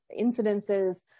incidences